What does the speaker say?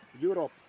Europe